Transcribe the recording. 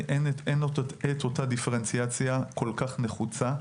הדיפרנציאציה נחוצה,